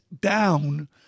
down